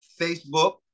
facebook